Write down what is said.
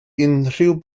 unrhyw